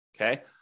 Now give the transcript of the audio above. okay